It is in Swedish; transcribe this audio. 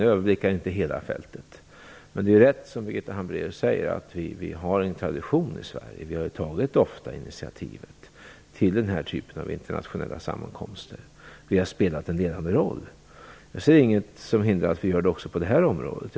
Jag överblickar inte hela fältet, men det är riktigt, som Birgitta Hambraeus säger, att vi i Sverige har en tradition - vi har ju ofta tagit initiativet till den här typen av internationella sammankomster; vi har spelat en ledande roll. Jag ser ingenting som hindrar att vi gör det också på det här området.